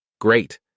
Great